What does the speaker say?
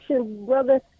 Brother